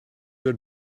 your